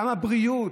כמה בריאות.